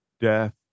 death